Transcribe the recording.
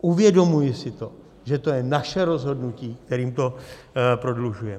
Uvědomuji si to, že to je naše rozhodnutí, kterým to prodlužujeme.